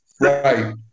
Right